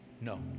no